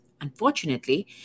Unfortunately